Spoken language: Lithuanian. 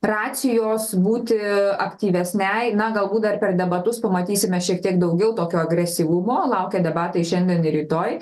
racijos būti aktyvesniai na galbūt dar per debatus pamatysime šiek tiek daugiau tokio agresyvumo laukia debatai šiandien ir rytoj